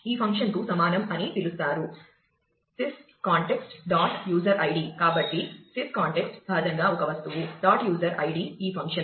కాబట్టి this context సహజంగా ఒక వస్తువు డాట్ యూజర్ ఐ డి ఈ ఫంక్షన్